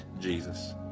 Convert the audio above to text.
Jesus